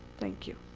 thank you.